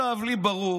לי ברור